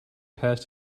past